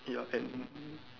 ya then